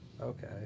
Okay